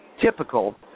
Typical